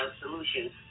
Solutions